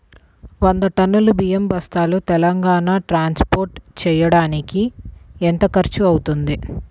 వంద టన్నులు బియ్యం బస్తాలు తెలంగాణ ట్రాస్పోర్ట్ చేయటానికి కి ఎంత ఖర్చు అవుతుంది?